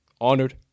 honored